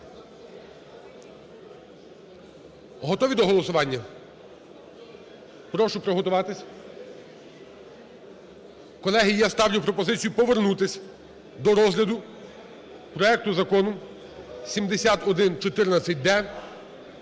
Готові до голосування? Прошу приготуватись? Колеги, я ставлю пропозицію повернутись до розгляду проекту Закону 7114-д.